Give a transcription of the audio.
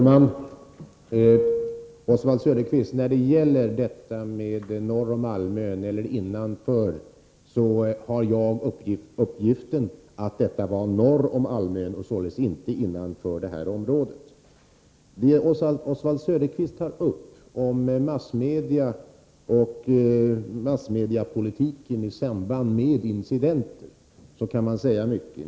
Herr talman! Enligt den uppgift jag har fått, Oswald Söderqvist, filmade Tisdagen den TV-bolaget norr om Almön -— således inte innanför det område där 27 mars 1984 fotograferingsförbud gällde. er la A : Om massmedias tiken i Rand med Inanenter kan man Saga mycket.